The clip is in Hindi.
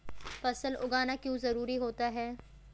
फसल उगाना क्यों जरूरी होता है?